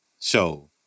Show